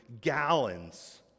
gallons